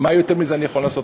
מה יותר מזה אני יכול לעשות?